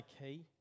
key